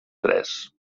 tres